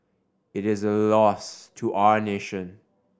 it is a loss to our nation